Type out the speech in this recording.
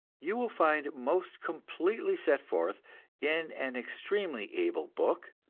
you will find most completely set forth in an extremely able book,